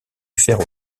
faire